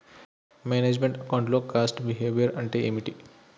Manage meant account లో cost behaviour అంటే ఏమిటి?